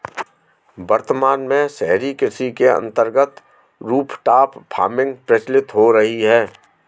वर्तमान में शहरी कृषि के अंतर्गत रूफटॉप फार्मिंग प्रचलित हो रही है